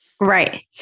Right